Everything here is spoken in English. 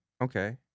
Okay